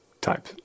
type